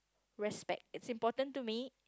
respect it's important to me